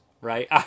right